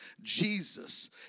Jesus